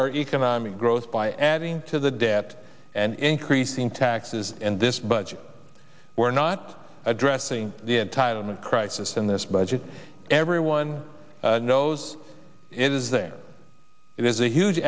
our economic growth by adding to the debt and increasing taxes in this budget we're not addressing the entitlement crisis in this budget everyone knows it is there is a huge